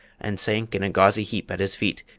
and sank in a gauzy heap at his feet,